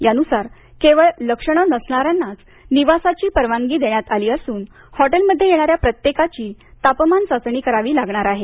यानुसार केवळ लक्षणं नसणार्यांनाच निवासाची परवानगी देण्यात आली असून हॉटेल मध्ये येणार्या प्रत्येकाची तापमान चाचणी करावी लागणार आहे